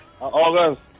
August